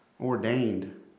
ordained